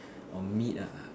or meet ah